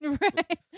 Right